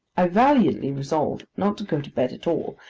i valiantly resolve not to go to bed at all,